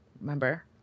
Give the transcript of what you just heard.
remember